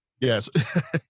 Yes